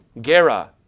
Gera